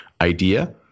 idea